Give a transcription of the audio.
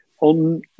On